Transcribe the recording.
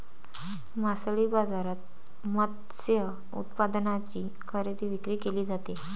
मासळी बाजारात मत्स्य उत्पादनांची खरेदी विक्री केली जाते